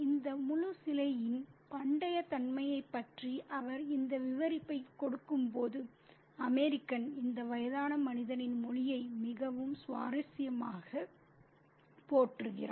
இந்த முழு சிலையின் பண்டைய தன்மையைப் பற்றி அவர் இந்த விவரிப்பைக் கொடுக்கும்போது அமெரிக்கன் இந்த வயதான மனிதனின் மொழியை மிகவும் சுவாரஸ்யமாகப் போற்றுகிறார்